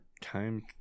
time